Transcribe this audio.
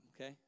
okay